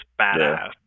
badass